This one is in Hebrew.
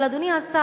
אבל, אדוני השר,